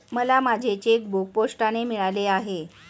मला माझे चेकबूक पोस्टाने मिळाले आहे